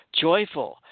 Joyful